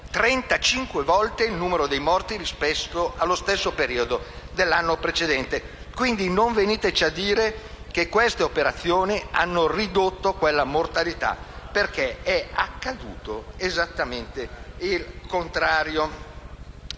35 volte il numero dei morti rispetto allo stesso periodo dell'anno precedente. Quindi, non veniteci a dire che queste operazioni hanno ridotto quella mortalità, perché è accaduto esattamente il contrario.